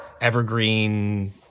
evergreen